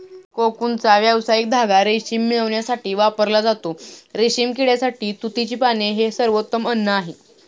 कोकूनचा व्यावसायिक धागा रेशीम मिळविण्यासाठी वापरला जातो, रेशीम किड्यासाठी तुतीची पाने हे सर्वोत्तम अन्न आहे